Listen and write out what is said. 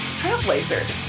trailblazers